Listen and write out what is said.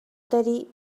داری